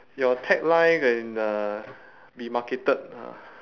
your tagline can uh be marketed